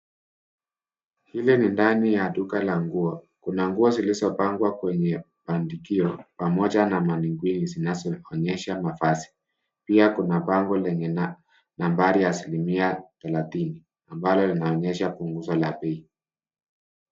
Hili ni ndani ya duka la nguo, kuna nguo zilizo pangwa kwenye pandikio, pamoja na manikwini zinazo onyesha mavazi. Pia kuna bango lenye nambari asili mia thelathini ambalo linaonyesha punguzo la bei.